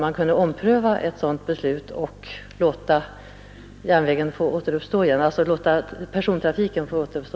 Jag tycker att man kunde ompröva beslutet och låta persontrafiken på järnvägen återuppstå.